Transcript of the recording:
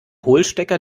hohlstecker